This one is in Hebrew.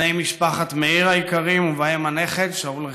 בני משפחת מאיר היקרים ובהם הנכד שאול רחבי,